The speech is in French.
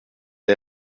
les